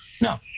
No